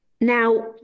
Now